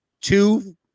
Two